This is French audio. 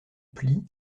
plis